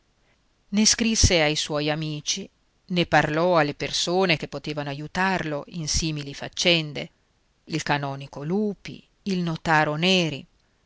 scrisse ai suoi amici ne parlò alle persone che potevano aiutarlo in simili faccende il canonico lupi il notaro neri